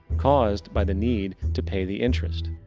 caused by the need to pay the interest.